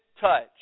touch